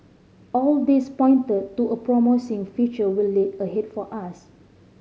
all this pointed to a promising future lay ahead for us